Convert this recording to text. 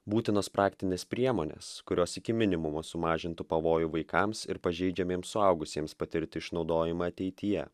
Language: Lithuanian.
būtinos praktinės priemonės kurios iki minimumo sumažintų pavojų vaikams ir pažeidžiamiems suaugusiems patirti išnaudojimą ateityje